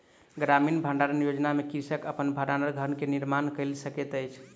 ग्रामीण भण्डारण योजना में कृषक अपन भण्डार घर के निर्माण कय सकैत अछि